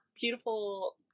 beautiful